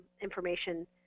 information